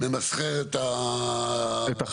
ממסחר את החתימות.